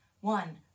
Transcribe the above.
One